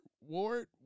Ward